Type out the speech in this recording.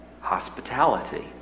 hospitality